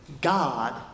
God